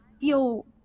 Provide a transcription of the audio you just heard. feel